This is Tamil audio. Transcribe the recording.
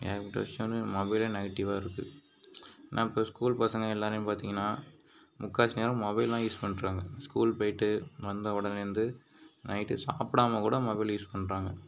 ஏகப்பட்ட விஷியங்கள் மொபைல்லேயே நெகட்டிவாக இருக்கு நான் இப்போ ஸ்கூல் பசங்கள் எல்லோரையும் பார்த்திங்கனா முக்காவாசி நேரம் மொபைலில்தான் யூஸ் பண்ணுறாங்க ஸ்கூல் போயிட்டு வந்த உடனே வந்து நைட்டு சாப்பிடாம கூட மொபைல் யூஸ் பண்ணுறாங்க